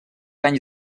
anys